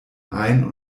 ein